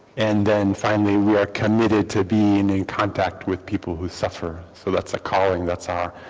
and then finally we are committed to being in contact with people who suffer. so that's a calling that's our